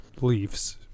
leaves